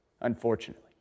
unfortunately